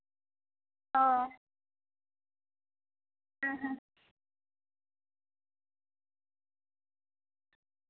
ᱚᱻ ᱦᱮᱸ ᱦᱮᱸ